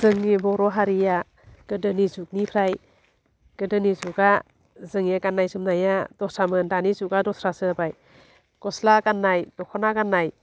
जोंनि बर' हारिया गोदोनि जुगनिफ्राय गोदोनि जुगा जोंनि गान्नाय जोमनाया दस्रामोन दानि जुगा दस्रासो जाबाय गस्ला गान्नाय दख'ना गान्नाय